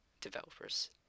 developers